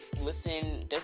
listen